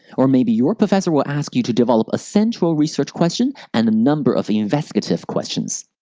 or maybe your professor will ask you to develop a central research question and a number of investigative questions,